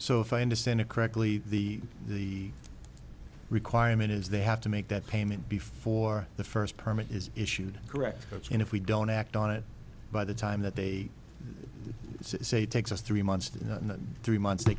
so if i understand it correctly the the requirement is they have to make that payment before the first permit is issued correct that's and if we don't act on it by the time that they say it takes us three months to three months they